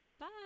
Bye